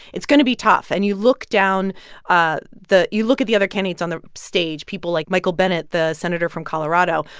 it's going to be tough. and you look down ah the you look at the other candidates on the stage, people like michael bennet, the senator from colorado,